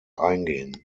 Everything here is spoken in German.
eingehen